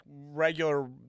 regular